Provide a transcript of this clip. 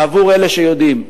ועבור אלה שיודעים,